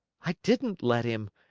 i didn't let him.